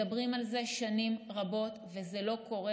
מדברים על זה שנים רבות וזה לא קורה.